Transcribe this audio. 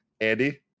Andy